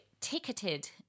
ticketed